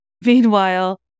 Meanwhile